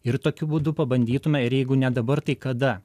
ir tokiu būdu pabandytume ir jeigu ne dabar tai kada